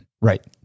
Right